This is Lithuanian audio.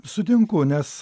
sutinku nes